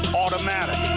automatic